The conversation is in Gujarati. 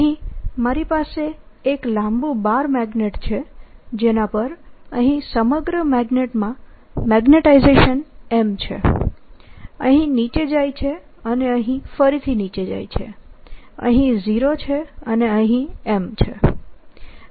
અહીં મારી પાસે એક લાંબુ બાર મેગ્નેટ છે જેના પર અહીં સમગ્ર મેગ્નેટમાં મેગ્નેટાઇઝેશન M છે અહીં નીચે જાય છે અને અહીં ફરીથી નીચે જાય છે અહીં 0 છે અને અહીં M છે